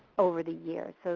over the years. so